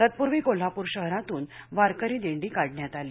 तत्पूर्वी कोल्हापूर शहरातून वारकरी दिंडी काढण्यात आली